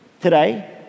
today